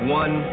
one